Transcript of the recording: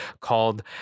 called